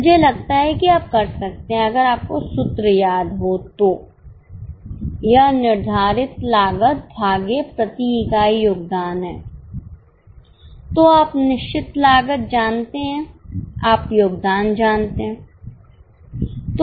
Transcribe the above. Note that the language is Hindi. मुझे लगता है कि आप कर सकते हैं अगर आपको सूत्र याद हो तो यह निर्धारित लागत भागे प्रति इकाई योगदान है तो आप निश्चित लागत जानते हैं आप योगदान जानते हैं